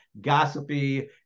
gossipy